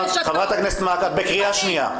חברת הכנסת מארק, את בקריאה שנייה.